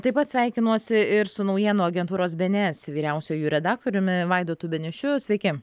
taip pat sveikinuosi ir su naujienų agentūros be en es vyriausiuoju redaktoriumi vaidotu beniušiu sveiki